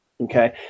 Okay